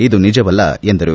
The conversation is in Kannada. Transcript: ಇದು ನಿಜವಲ್ಲ ಎಂದರು